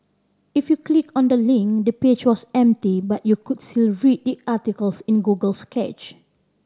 if you clicked on the link the page was empty but you could still read the article in Google's cache